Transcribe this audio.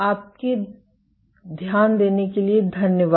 आपके ध्यान देने के लिए धन्यवाद